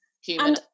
human